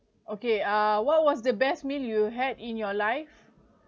okay uh what was the best meal you had in your life